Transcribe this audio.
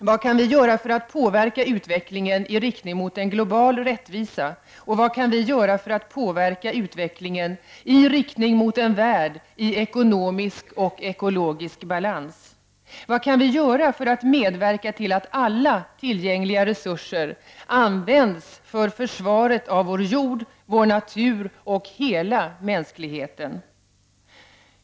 Vad kan vi göra för att påverka utvecklingen i riktning mot en global rättvisa och vad kan vi göra för att påverka utvecklingen i riktning mot en värld i ekonomisk och ekologisk balans? Vad kan vi göra för att medverka till att alla tillgängliga resurser används för försvaret av vår jord, vår natur och hela mänskligheten?